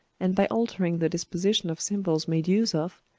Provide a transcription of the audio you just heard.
and by altering the disposition of symbols made use of,